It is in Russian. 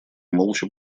молча